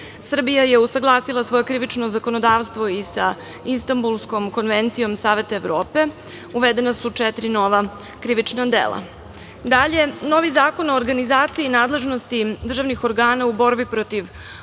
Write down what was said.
Srbija je usaglasila svoje krivično zakonodavstvo i sa Istanbulskom konvencijom Saveta Evrope. Uvedena su četiri nova krivična dela. Dalje, novi Zakon o organizaciji nadležnosti državnih organa u borbi protiv